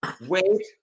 wait